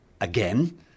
again